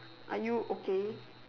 are you okay